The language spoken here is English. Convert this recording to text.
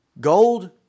gold